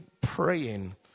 praying